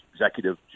executive